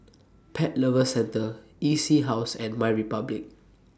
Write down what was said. Pet Lovers Centre E C House and MyRepublic